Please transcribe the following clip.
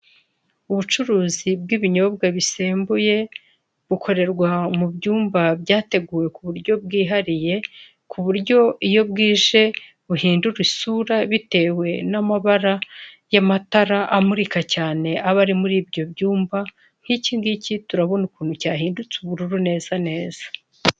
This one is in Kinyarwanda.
Ubucuruzi bw'ininyobwa bisembuye bukorerwa mu byumba byateguwe mu buryo bwihariye, kuburyo iyo bwije buhindura isura bitewe n'amabara y'amatara amurika cyane aba ari muri ibyo cyumba nk'iki ngiki urabona ukuntu cyahindutse ubururu neza neza.